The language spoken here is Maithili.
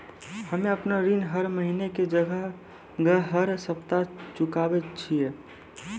हम्मे आपन ऋण हर महीना के जगह हर सप्ताह चुकाबै छिये